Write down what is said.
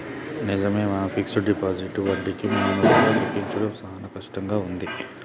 నిజమే మన fixed deposit వడ్డీకి మాన్యువల్ గా లెక్కించుడు సాన కట్టంగా ఉంది